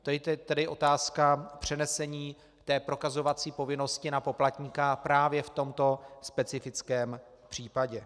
To je tedy otázka přenesení té prokazovací povinnosti na poplatníka právě v tomto specifickém případě.